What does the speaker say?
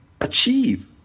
achieve